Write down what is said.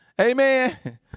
Amen